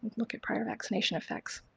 look at prior vaccination affects.